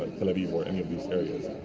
tel aviv, or any of these areas.